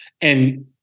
And-